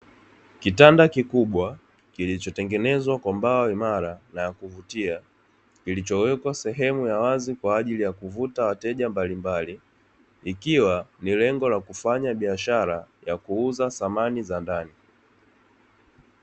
Kitanda kikubwa kilichotengenezwa kwa mbao imara na ya kuvutia, kilichowekwa sehemu ya wazi kwa ajili ya kuvuta wateja mbalimbali. Ikiwa ni lengo la kufanya biashara, ya kuuza samani za ndani.